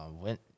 went